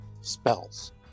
Spells